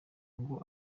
ngo